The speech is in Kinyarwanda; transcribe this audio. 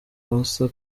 perezida